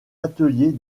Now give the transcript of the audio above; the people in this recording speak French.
ateliers